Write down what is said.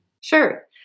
Sure